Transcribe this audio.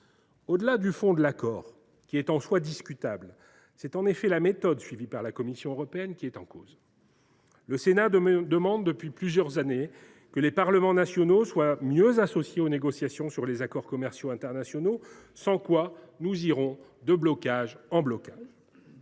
au delà du fond de l’accord, qui est en soi discutable, c’est la méthode suivie par la Commission européenne qui est en cause. Le Sénat demande depuis plusieurs années que les parlements nationaux soient mieux associés aux négociations sur les accords commerciaux internationaux, faute de quoi nous irons de blocage en blocage.